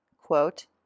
Quote